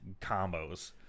combos